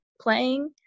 playing